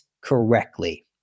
correctly